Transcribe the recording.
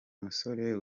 musore